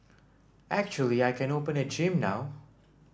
actually I can open a gym now